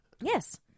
yes